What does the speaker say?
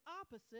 opposite